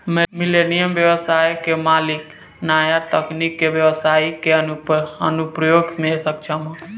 millennial ब्यबसाय के मालिक न्या तकनीक के ब्यबसाई के अनुप्रयोग में सक्षम ह